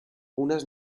unes